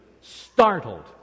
startled